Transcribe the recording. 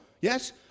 yes